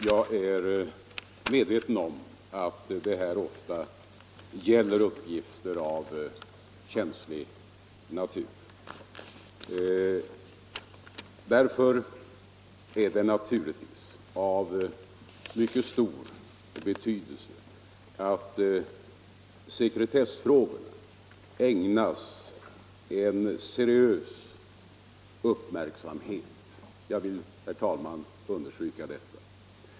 Jag är medveten om att det här ofta gäller uppgifter av känslig natur och det är naturligtvis av mycket stor betydelse att sekretessfrågorna ägnas seriös uppmärksamhet — jag vill, herr talman, understryka det.